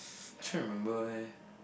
actually I remember eh